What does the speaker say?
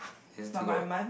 then still got